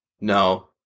No